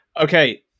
Okay